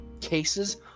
cases